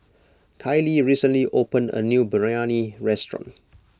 Kylee recently opened a new Biryani restaurant